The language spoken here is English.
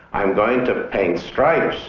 i'm going to paint stripes.